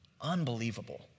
Unbelievable